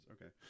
Okay